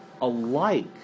alike